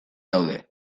daude